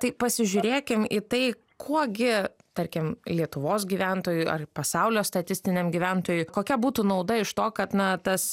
tai pasižiūrėkim į tai kuo gi tarkim lietuvos gyventojui ar pasaulio statistiniam gyventojui kokia būtų nauda iš to kad na tas